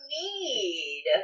need